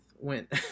went